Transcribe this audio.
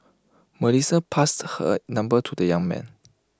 Melissa passed her number to the young man